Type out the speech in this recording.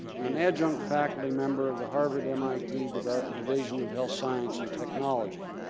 and an adjunct faculty member of the harvard mit division of health science and technology.